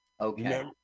Okay